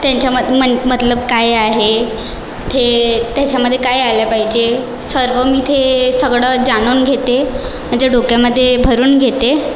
त्यांच्या म मनमधलं काय आहे ते त्याच्यामध्ये काय आलं पाहिजे सर्व मी ते सगळं जाणून घेते म्हणजे डोक्यामध्ये भरून घेते